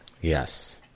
yes